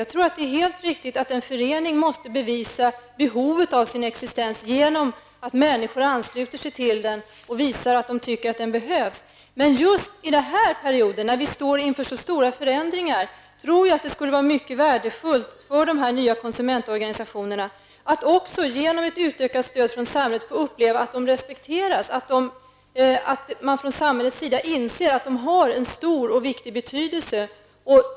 Jag tror att det är helt riktigt att en förening måste bevisa behovet av sin existens genom att människor ansluter sig till den och visar att de tycker att den behövs. Just under denna period när vi står inför så stora förändringar tror jag att det skulle vara mycket värdefullt för de nya konsumentorganisationerna att genom ett utökat stöd från samhället få uppleva att de respekteras och att man från samhällets sida inser att de har en stor betydelse.